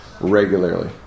regularly